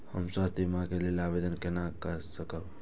हम स्वास्थ्य बीमा के लेल आवेदन केना कै सकब?